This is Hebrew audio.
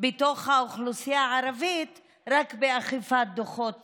בתוך האוכלוסייה הערבית רק באכיפת דוחות